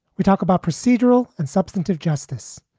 we talk about procedural and substantive justice.